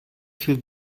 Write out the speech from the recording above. viel